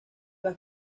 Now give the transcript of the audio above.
las